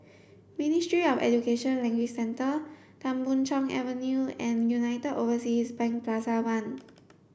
Ministry of Education Language Centre Tan Boon Chong Avenue and United Overseas Bank Plaza One